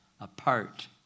apart